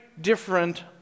different